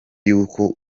yuko